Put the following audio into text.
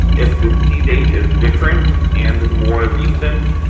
if the c date is different and more recent,